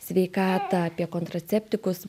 sveikatą apie kontraceptikus